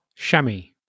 Shami